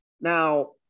now